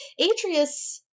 Atreus